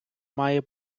має